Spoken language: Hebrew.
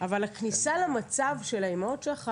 אבל הכניסה למצב של האימהות שלך